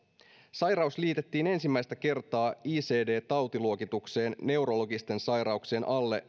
sairaus liitettiin ensimmäistä kertaa jo puoli vuosisataa sitten icd tautiluokitukseen neurologisten sairauksien alle